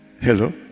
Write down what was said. Hello